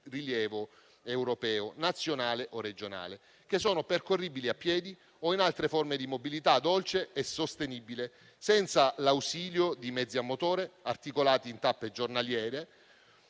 rilievo europeo, nazionale o regionale, percorribili a piedi o in altre forme di mobilità dolce e sostenibile, senza l'ausilio di mezzi a motore, articolati in tappe giornaliere,